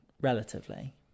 relatively